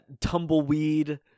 tumbleweed